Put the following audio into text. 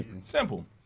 Simple